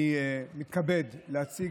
אני מתכבד להציג